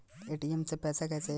ATM से पैसा कैसे नीकली?